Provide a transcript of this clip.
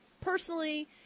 personally